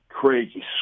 crazy